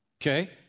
Okay